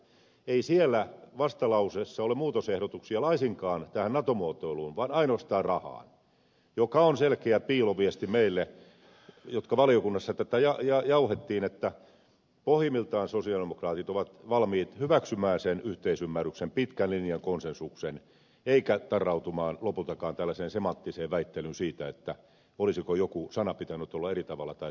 ei siellä vastalauseessa ole muutosehdotuksia laisinkaan tähän nato muotoiluun vaan ainoastaan rahaan mikä on selkeä piiloviesti meille jotka valiokunnassa tätä jauhoimme että pohjimmiltaan sosialidemokraatit ovat valmiit hyväksymään sen yhteisymmärryksen pitkän linjan konsensuksen eikä tarrautumaan lopultakaan tällaiseen semanttiseen väittelyyn siitä olisiko joku sana pitänyt kirjoittaa eri tavalla tai toisin